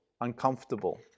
uncomfortable